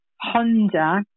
Honda